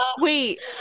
Wait